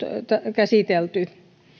käsitelty